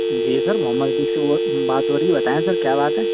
جی sir Muhammad بشو بات ہو رہی ہے بتائیں سر کیا بات ہے